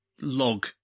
log